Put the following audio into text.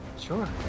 Sure